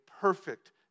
perfect